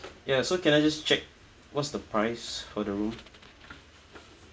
ya so can I just check what's the price for the room